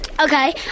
Okay